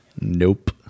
Nope